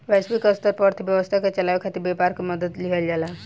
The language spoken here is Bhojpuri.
वैश्विक स्तर पर अर्थव्यवस्था के चलावे खातिर व्यापार के मदद लिहल जाला